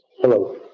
Hello